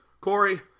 Corey